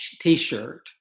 t-shirt